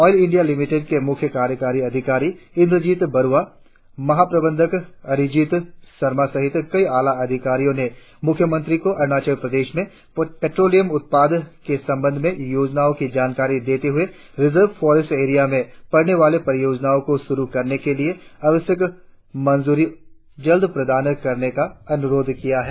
all India Limited के मुख्य कार्यकारी अधिकारी इंद्रजित बरुवा महाप्रबंधक अरिजित शर्मा सहित कई आला अधिकारियों ने मुख्यमंत्री को अरुणाचल प्रदेश में पेट्रिलियम उत्पादन के संबंध में योजना की जानकारी देते हुए रिजर्व फोरेस्ट एरिया में पढ़ने वाले परियोजनाओं को शुरु करने के लिए आवश्यक मंजूरी जल्द प्रदान करने का अनुरोध किया है